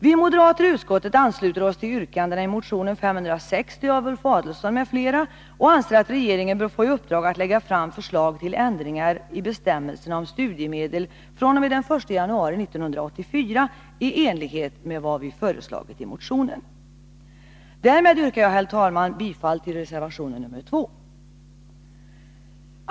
Vi moderater i utskottet ansluter oss till yrkandena i motion 560 av Ulf Adelsohn m.fl. och anser att regeringen bör få i uppdrag att lägga fram förslag till ändringar i bestämmelserna om studiemedel fr.o.m. den 1 januari 1984 i enlighet med vad som föreslås i motionen. Herr talman! Därmed yrkar jag bifall till reservation 2.